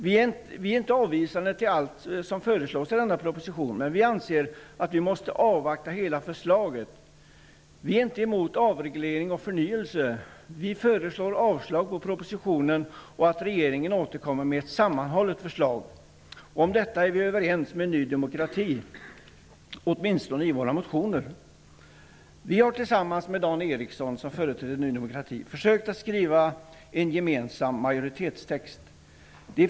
Vi är inte avvisande till allt som föreslås i denna proposition, men vi anser att vi måste avvakta hela förslaget. Vi är inte emot avreglering och förnyelse. Vi föreslår avslag på propositionen och att regeringen återkommer med ett sammanhållet förslag. Om detta är vi överens med Ny demokrati, åtminstone i våra motioner. Vi har tillsammans med Dan Eriksson i Stockholm, som företräder Ny demokrati, försökt skriva en gemensam majoritetstext.